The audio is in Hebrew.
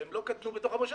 והם לא קטנו בתוך המושב,